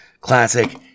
classic